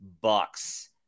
Bucks